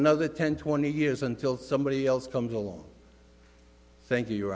another ten twenty years until somebody else comes along thank you